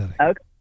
Okay